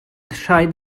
rhaid